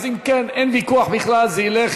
אם כן, אין ויכוח בכלל, זה ילך